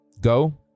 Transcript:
go